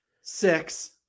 six